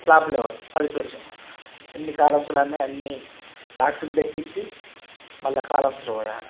slab level పై పెచ్చు ఎన్ని కాలమ్స్లు ఉన్నాయి అన్నీ బాక్సులు తెపించి మళ్ళా కాలమ్స్లో పోయాలి